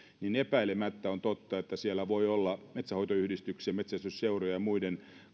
ja epäilemättä on totta että siellä voi olla metsänhoitoyhdistyksien metsästysseurojen ja muiden